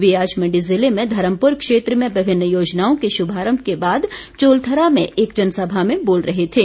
वे आज मण्डी ज़िले में धर्मपुर क्षेत्र में विभिन्न योजनाओं के शुभारम्भ के बाद चोलथरा में एक जनसभा में बोल रहे थे